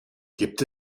gibt